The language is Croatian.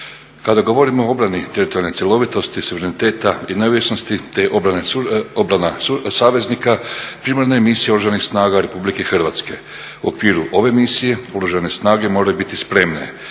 Kada govorimo o obrani teritorijalne cjelovitosti, suvereniteta i neovisnosti te obrana saveznika, primarna je misija Oružanih snaga Republike Hrvatske u okviru ove misije Oružane snage moraju biti spremne